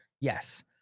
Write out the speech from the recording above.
yes